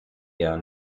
eher